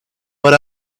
but